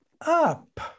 up